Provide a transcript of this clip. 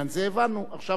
עכשיו, מה אתה רוצה לומר?